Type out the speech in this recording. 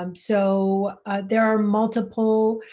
um so there are multiple